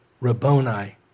Rabboni